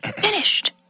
Finished